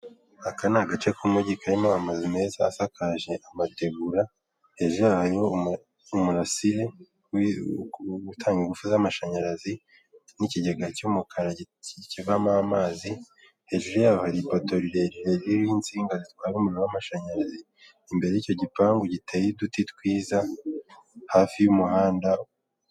Aka ni agace k' umugi karimo amazu meza ashakaje amategura, hejuru yaho hari umurasire utanga ingufu z' amashanyarazi ,n' ikigega cy' umukara kivamo amazi, hejuru yaho hari ipoto rirerire ririho insinga zitwara umuriro wamashanyarazi ,imbere y'icyo gipangu, giteye uduti twiza, hafi y' umuhanda.